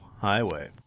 highway